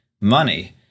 money